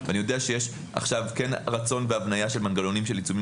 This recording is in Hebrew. ואני יודע שיש עכשיו כן רצון והבניה של מנגנונים של עיצומים